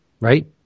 Right